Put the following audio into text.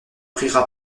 rira